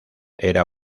era